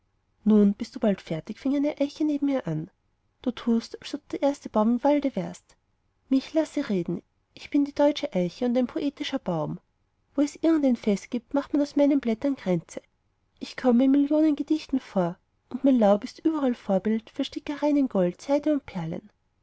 nun bist du bald fertig fing eine eiche neben ihr an du tust als ob du der erste baum im walde wärest mich lasse reden ich bin die deutsche eiche und ein poetischer baum wo es irgendein fest gibt macht man aus meinen blättern kränze ich komme in millionen gedichten vor und mein laub ist überall vorbild für stickereien in gold seide und perlen